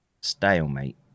stalemate